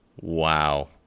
Wow